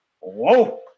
Whoa